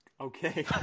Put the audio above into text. Okay